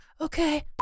okay